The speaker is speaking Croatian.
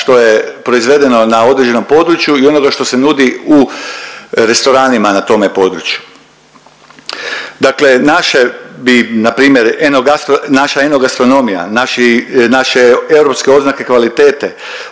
što je proizvedeno na određenom području i onoga što se nudi u restoranima na tome području. Dakle, naše bi npr. enogas… naša enogastronomija, naši, naše europske oznake kvalitete,